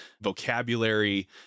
vocabulary